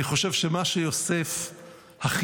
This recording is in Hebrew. אני חושב שמה שיוסף הכי